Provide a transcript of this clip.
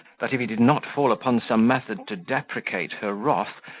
that if he did not fall upon some method to deprecate her wrath,